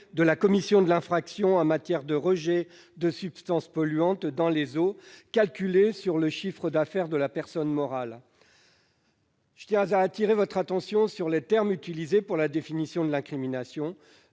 de la commission de l'infraction en matière de rejets de substances polluantes dans les eaux. L'amende serait calculée en fonction du chiffre d'affaires de la personne morale. Je tiens à attirer votre attention sur les termes utilisés pour la définition de l'incrimination,